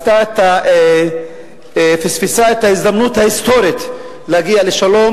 שהיא פספסה את ההזדמנות ההיסטורית להגיע לשלום